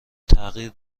تغییر